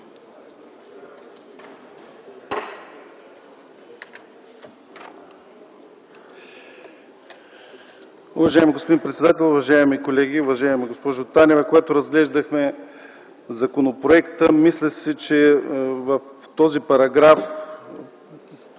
Уважаеми господин председател, уважаеми колеги! Уважаема госпожо Танева, когато разглеждахме законопроекта, мисля, че в § 3